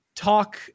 talk